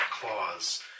claws